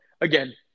again